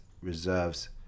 Reserves